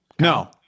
No